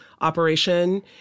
operation